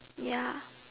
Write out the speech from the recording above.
ya